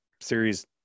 series